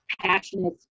passionate